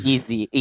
Easy